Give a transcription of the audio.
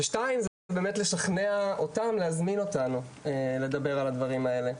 ושניים זה באמת לשכנע אותם להזמין אותנו לדבר על הדברים האלה.